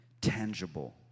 tangible